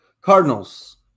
Cardinals